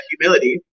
humility